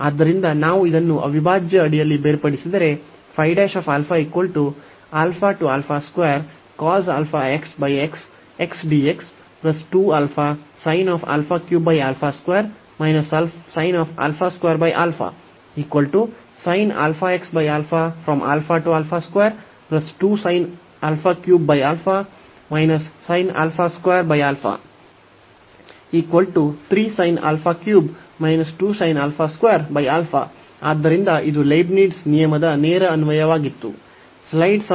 ಆದ್ದರಿಂದ ನಾವು ಇದನ್ನು ಅವಿಭಾಜ್ಯ ಅಡಿಯಲ್ಲಿ ಬೇರ್ಪಡಿಸಿದರೆ ಆದ್ದರಿಂದ ಇದು ಲೀಬ್ನಿಟ್ಜ್ ನಿಯಮದ ನೇರ ಅನ್ವಯವಾಗಿತ್ತು